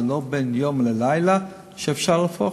זה לא בן-יום שאפשר להפוך,